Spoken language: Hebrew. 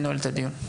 הישיבה ננעלה